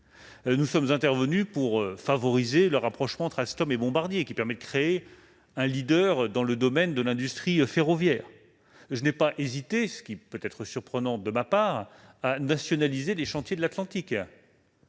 Nous sommes intervenus pour favoriser le rapprochement entre Alstom et Bombardier, qui permet de créer un leader dans le domaine de l'industrie ferroviaire. Je n'ai pas hésité- cela peut pourtant paraître surprenant de ma part -à nationaliser les Chantiers de l'Atlantique.